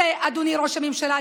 צא, אדוני ראש הממשלה.